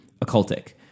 occultic